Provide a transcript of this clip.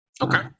Okay